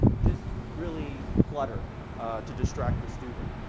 just really clutter to distract the student.